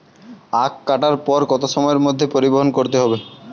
আখ কাটার পর কত সময়ের মধ্যে পরিবহন করতে হবে?